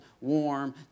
warm